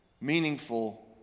meaningful